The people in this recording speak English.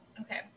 Okay